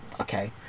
okay